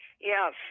Yes